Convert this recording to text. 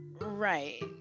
right